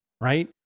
right